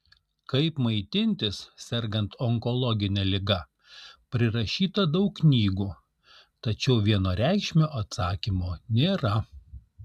kaip maitintis sergant onkologine liga prirašyta daug knygų tačiau vienareikšmio atsakymo nėra